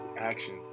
action